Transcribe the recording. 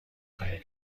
خواهیم